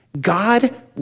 God